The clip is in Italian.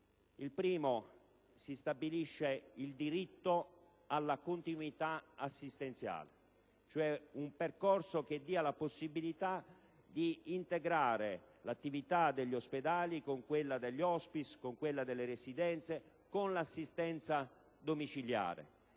luogo, si stabilisce il diritto alla continuità assistenziale, cioè un percorso che dia la possibilità di integrare l'attività degli ospedali con quella degli *hospice* e delle residenze e con l'assistenza domiciliare.